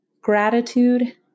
Gratitude